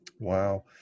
wow